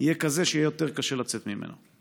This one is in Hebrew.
יהיה כזה שיהיה יותר קשה לצאת ממנו.